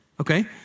okay